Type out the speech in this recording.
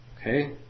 Okay